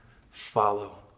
follow